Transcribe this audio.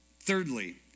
Thirdly